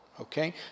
Okay